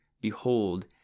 Behold